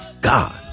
God